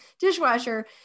dishwasher